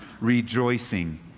rejoicing